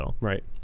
Right